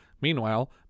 Meanwhile